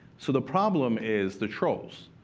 so the problem is the trolls,